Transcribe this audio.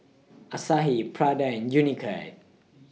Asahi Prada and Unicurd